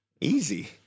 easy